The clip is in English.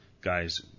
Guys